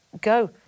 go